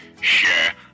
share